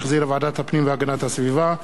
שהחזירה ועדת הפנים והגנת הסביבה,